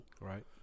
Right